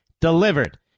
delivered